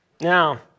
Now